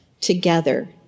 Together